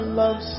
love